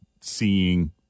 seeing